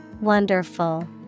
Wonderful